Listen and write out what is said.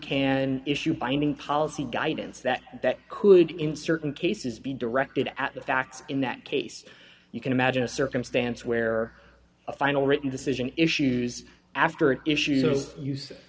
an issue finding policy guidance that that could in certain cases be directed at the facts in that case you can imagine a circumstance where a final written decision issues after an issue